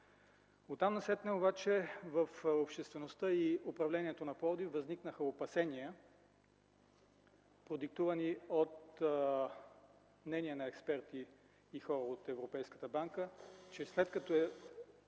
Оттам насетне обаче в обществеността и управлението на Пловдив възникнаха опасения, продиктувани от мнения на експерти и хора от Европейската банка, че след като е